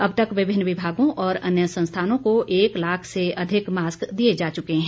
अब तक विभिन्न विभागों और अन्य संस्थानों को एक लाख से अधिक मास्क दिए जा चुके हैं